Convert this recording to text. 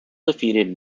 defeated